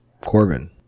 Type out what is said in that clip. Corbin